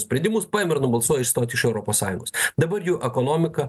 sprendimus paima ir nubalsuoja išstoti iš europos sąjungos dabar jų ekonomika